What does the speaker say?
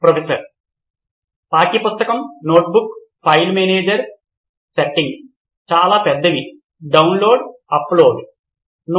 professor పాఠ్య పుస్తకం notebook file manager setting notebook file manager settingsలు చాలా పెద్దవి డౌన్లోడ్ అప్లోడ్download upload